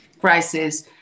crisis